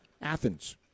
Athens